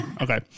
okay